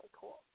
cool